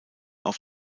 auf